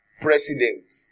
president